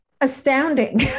astounding